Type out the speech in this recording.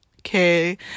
Okay